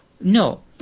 No